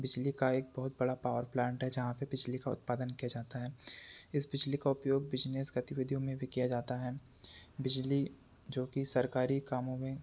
बिजली का एक बहुत बड़ा पावर प्लांट है जहाँ पर बिजली का उत्पादन किया जाता है इस बिजली का उपयोग बिजनेस गतिविधियों में भी किया जाता है बिजली जो की सरकार कामों में